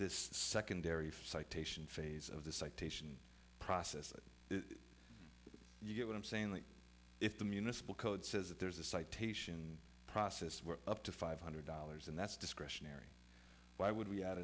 this secondary for citation phase of the citation process you get what i'm saying that if the municipal code says that there's a citation process we're up to five hundred dollars and that's discretionary why would we ad